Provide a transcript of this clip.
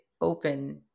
open